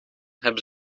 hebben